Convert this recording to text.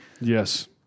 Yes